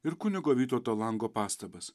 ir kunigo vytauto lango pastabas